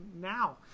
now